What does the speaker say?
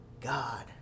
God